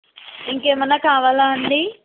ఇంకా ఏమన్నా కావాలా అండి